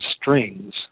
strings